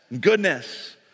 goodness